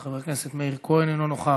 חברת הכנסת מיכל בירן, אינה נוכחת,